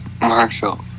Marshall